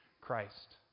Christ